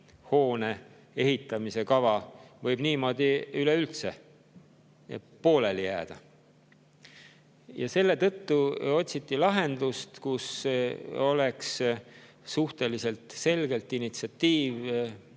hoone ehitamise kava võib niimoodi üleüldse pooleli jääda. Selle tõttu otsiti lahendust, mille puhul oleks suhteliselt selgelt initsiatiiv